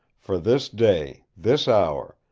for this day, this hour,